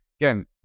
Again